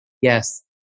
Yes